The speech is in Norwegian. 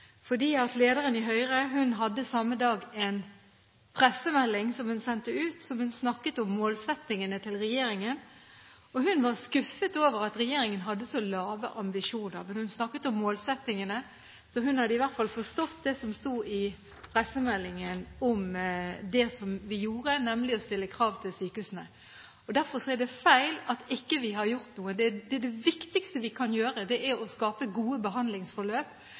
fordi lederen av Høyre sendte samme dag ut en pressemelding der hun snakket om målsettingene til regjeringen. Hun var skuffet over at regjeringen hadde så lave ambisjoner, men hun snakket om målsettingene, så hun hadde i hvert fall forstått det vi gjorde, nemlig å stille krav til sykehusene. Derfor er det feil at vi ikke har gjort noe. Det viktigste vi kan gjøre, er å skape gode behandlingsforløp